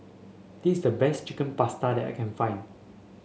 this is the best Chicken Pasta that I can find